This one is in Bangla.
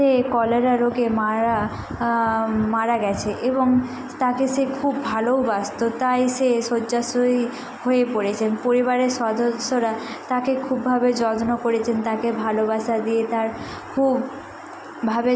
সে কলেরা রোগে মারা মারা গেছে এবং তাকে সে খুব ভালোওবাসতো তাই সে শয্যাশয়ী হয়ে পড়েছেন পরিবারের সদস্যরা তাকে খুবভাবে যত্ন করেছেন তাকে ভালোবাসা দিয়ে তার খুবভাবে